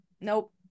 nope